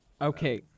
Okay